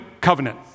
covenant